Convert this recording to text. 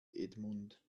edmund